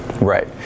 Right